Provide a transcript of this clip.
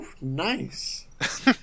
Nice